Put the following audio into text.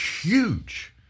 huge